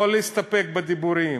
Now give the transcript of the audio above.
לא להסתפק בדיבורים,